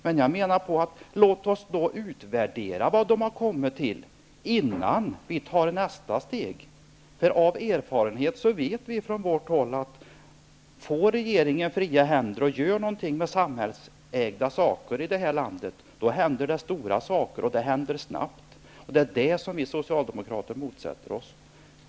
Men låt oss då utvärdera vad den har kommit fram till innan vi tar nästa steg. Av erfarenhet vet vi från vårt håll att får regeringen fria händer att göra någonting med samhällsägda saker här i landet händer det stora saker, och det händer snabbt. Och det är det som vi Socialdemokrater motsätter oss.